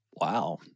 Wow